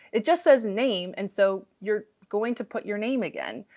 it just says name and so you're going to put your name again.